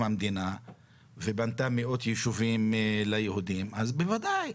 המדינה ובנתה מאות ישובים ליהודים אז בוודאי.